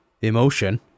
emotion